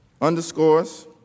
underscores